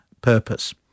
purpose